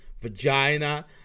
vagina